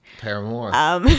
Paramore